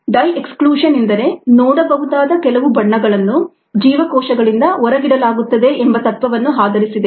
dye exclusion ಎಂದರೆ ನೋಡಬಹುದಾದ ಕೆಲವು ಬಣ್ಣಡೈಗಳನ್ನು ಜೀವಕೋಶಗಳಿಂದ ಹೊರಗಿಡಲಾಗುತ್ತದೆ ಎಂಬ ತತ್ವವನ್ನು ಆಧರಿಸಿದೆ